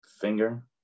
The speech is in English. finger